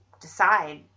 decide